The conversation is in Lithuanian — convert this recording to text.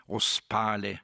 o spali